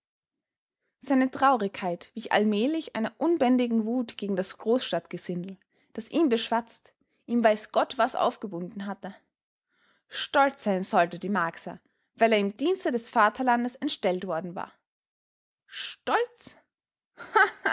seine traurigkeit wich allmählich einer unbändigen wut gegen das großstadtgesindel das ihn beschwatzt ihm weiß gott was aufgebunden hatte stolz sein sollte die marcsa weil er im dienste des vaterlandes entstellt worden war stolz